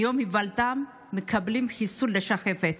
מיום היוולדם מקבלים חיסון לשחפת.